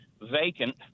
vacant